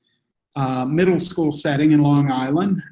ah middle school setting in long island,